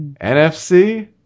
NFC